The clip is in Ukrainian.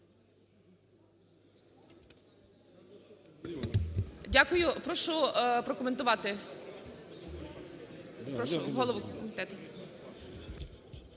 Дякую. Прошу прокоментувати, прошу голову комітету.